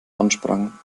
ansprangen